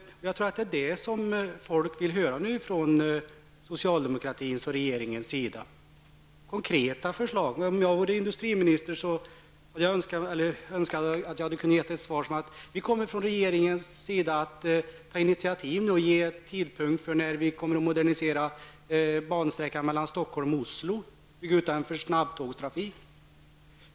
Jag tror att folket nu vill höra konkreta förslag från socialdemokratin och regeringen. Om jag vore industriminister skulle jag ha givit följande svar. Vi kommer från regeringens sida att ta initiativ och ange tidpunkt för när vi skall modernisera bansträckan Stockholm--Oslo och bygga ut den för snabbtågstrafik.